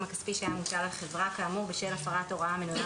הכספי שהיה מוטל על חברה כאמור בשל הפרת הוראה המנויה